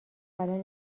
الان